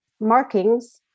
markings